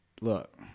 look